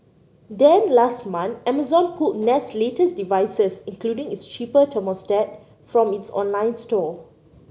then last month Amazon pulled Nest's latest devices including its cheaper thermostat from its online store